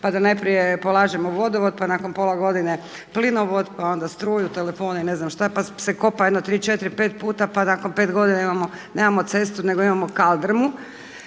pa da najprije polažemo vodovod, pa nakon pola godine plinovod, pa onda struju, telefon i ne znam šta, pa se kopa tri, četiri, pet puta pa nakon pet godina nemamo cestu nego imamo kaldrmu.